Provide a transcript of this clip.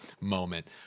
moment